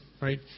right